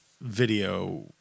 video